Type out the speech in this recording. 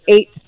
eight